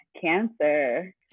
cancer